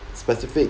specific